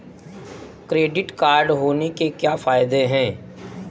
Credit card होने के क्या फायदे हैं?